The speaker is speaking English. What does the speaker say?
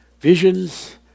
Visions